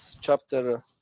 chapter